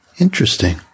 Interesting